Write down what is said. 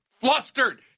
flustered